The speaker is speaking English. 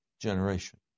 generation